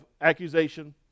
accusation